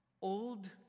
old